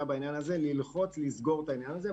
בעניין הזה בללחוץ לסגור את העניין הזה.